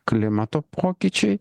klimato pokyčiai